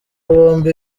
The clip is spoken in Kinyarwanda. bombi